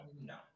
no